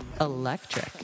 Electric